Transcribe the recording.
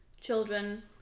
children